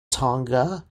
tonga